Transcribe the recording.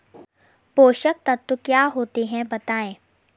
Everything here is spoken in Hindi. पोषक तत्व क्या होते हैं बताएँ?